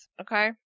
okay